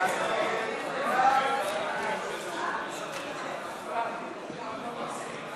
סעיף 51, דיור ממשלתי,